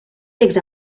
text